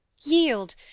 Yield